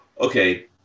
Okay